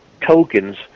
tokens